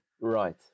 right